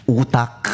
utak